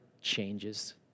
changes